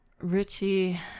Richie